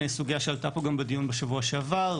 סוגיה שעלתה פה גם בדיון בשבוע שעבר,